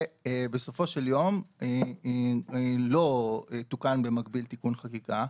בסופו של יום לא תוקן במקביל תיקון חקיקה.